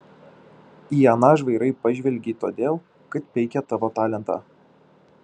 į aną žvairai pažvelgei todėl kad peikė tavo talentą